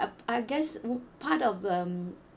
uh I guess part of um